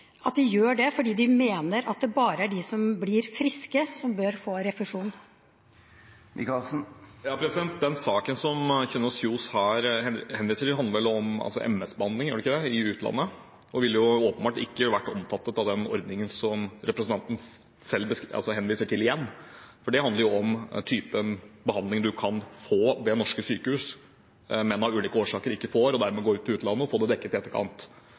når de voterer og et annet utad i media? Og er det slik at Arbeiderpartiet kutter i denne posten fordi de mener at det bare er de som blir friske, som bør få refusjon? Den saken som Kjønaas Kjos her henviser til, handler vel om MS-behandling i utlandet og ville åpenbart ikke vært omfattet av den ordningen som representanten henviser til, igjen. For det handler jo om typen behandling man kan få ved norske sykehus, men av ulike årsaker ikke får, og dermed drar til utlandet og vil få det dekket i etterkant.